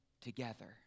together